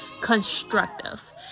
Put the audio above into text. constructive